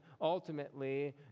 ultimately